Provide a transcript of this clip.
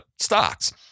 stocks